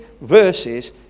verses